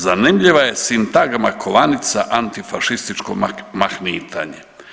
Zanimljiva je sintagma kovanica antifašističko mahnitanje.